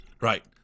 Right